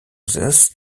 this